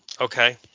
Okay